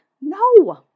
No